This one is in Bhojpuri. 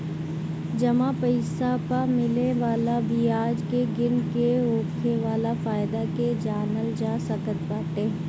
जमा पईसा पअ मिले वाला बियाज के गिन के होखे वाला फायदा के जानल जा सकत बाटे